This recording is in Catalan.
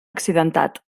accidentat